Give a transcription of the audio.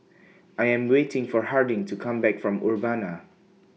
I Am waiting For Harding to Come Back from Urbana